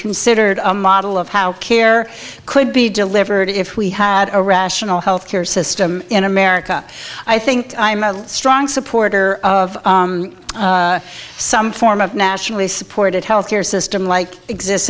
considered a model of how care could be delivered if we had a rational health care system in america i think i am a strong supporter of some form of nationally supported health care system like exist